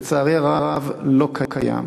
לצערי הרב זה לא קיים.